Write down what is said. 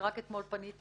שרק אתמול פניתי